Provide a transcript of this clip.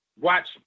watch